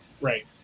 Right